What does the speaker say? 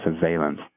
surveillance